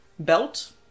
Belt